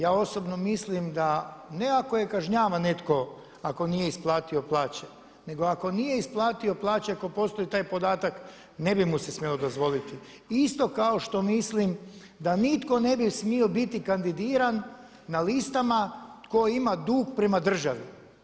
Ja osobno mislim da ne ako je kažnjavan netko, ako nije isplatio plaće nego ako nije isplatio plaće, ako postoji taj podatak ne bi mu se smjelo dozvoliti isto kao što mislim da nitko ne bi smio biti kandidiran na listama tko ima dug prema državi.